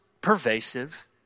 pervasive